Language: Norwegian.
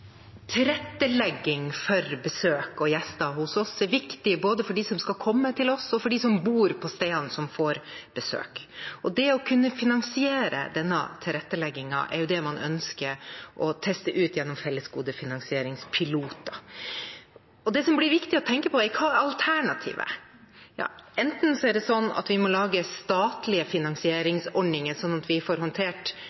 Tilrettelegging for besøk og gjester hos oss er viktig, både for dem som skal komme til oss, og for dem som bor på stedene som får besøk. Det å kunne finansiere denne tilretteleggingen er det man ønsker å teste ut gjennom fellesgodefinansieringspiloter. Det som blir viktig å tenke på, er: Hva er alternativet? Enten må vi lage statlige finansieringsordninger, slik at vi får håndtert søppel, toalettforhold, kanskje klipping av stier, eller så må